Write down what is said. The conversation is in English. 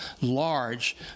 large